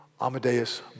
Amadeus